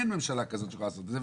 אין ממשלה כזאת שיכולה לעשות את זה.